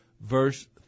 verse